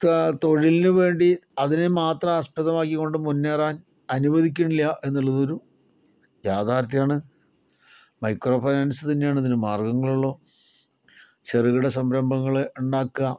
ത തൊഴിലിനു വേണ്ടി അതിനുമാത്രം ആസ്പദമാക്കിക്കൊണ്ട് മുന്നേറാൻ അനുവദിക്കണില്ല എന്നുള്ളതൊരു യാഥാർത്ഥ്യമാണ് മൈക്രോ ഫൈനാൻസ് തന്നെയാണ് ഇതിന് മാർഗങ്ങൾ ഉള്ളൂ ചെറുകിട സംരംഭങ്ങളെ ഉണ്ടാക്കുക